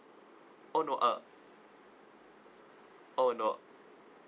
oh no uh oh no